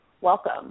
welcome